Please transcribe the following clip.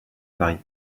paris